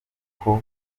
ariko